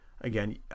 Again